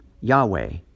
Yahweh